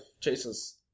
chases